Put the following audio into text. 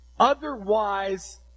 Otherwise